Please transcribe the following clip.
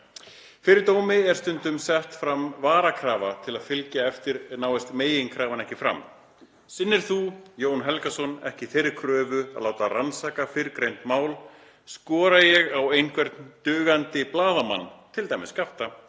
Fyrir dómi er stundum sett fram varakrafa til að fylgja eftir náist meginkrafan ekki fram. Sinnir þú, Jón Helgason, ekki þeirri kröfu að láta rannsaka fyrrgreind mál skora ég á einhvern dugandi blaðamann (t.d. Skafta)